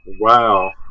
Wow